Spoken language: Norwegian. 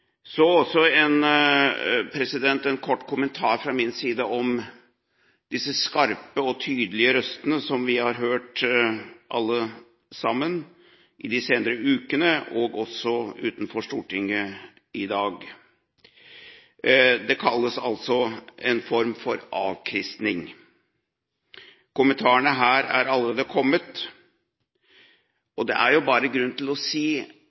Så også en kort kommentar fra min side om disse skarpe og tydelige røstene som vi har hørt alle sammen de senere ukene – også utenfor Stortinget i dag. Dette kalles altså en form for avkristning. Kommentarene her er allerede kommet. Det er grunn til å si,